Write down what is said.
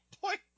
Point